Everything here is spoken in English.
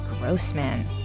Grossman